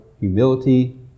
humility